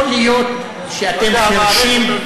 יכול להיות שאתם חירשים?